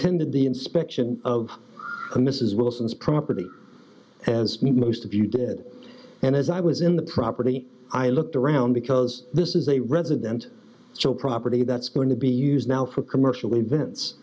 the inspection of mrs wilson's property as me most of you did and as i was in the property i looked around because this is a resident show property that's going to be used now for commercial events